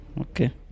Okay